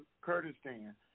Kurdistan